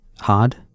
hard